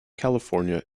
california